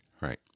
Right